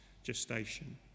gestation